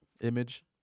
image